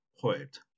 poet